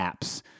Apps